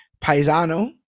Paisano